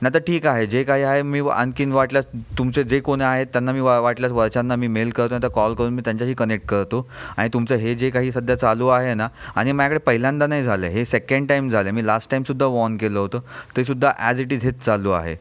नाही तर ठीक आहे जे काही आहे मी आणखीन वाटल्यास तुमचे जे कोणी आहेत त्यांना मी वाटल्यास वरच्यांना मी मेल करतो नाही तर कॉल करून मी त्यांच्याशी कनेक्ट करतो आणि तुमचं हे जे काही सध्या चालू आहे ना आणि मायाकडे पहिल्यांदा नाही झालं हे सेकंड टाइम झालं मी लास्ट टाईमसुद्धा वॉर्न केलं होतं तरीसुद्धा ॲज इट इज हेच चालू आहे